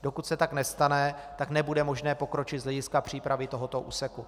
Dokud se tak nestane, nebude možné pokročit z hlediska přípravy tohoto úseku.